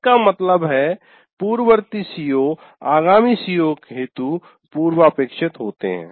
इसका मतलब है पूर्ववर्ती CO आगामी CO हेतु पूर्वापेक्षित होते हैं